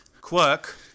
Quirk